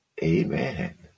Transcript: Amen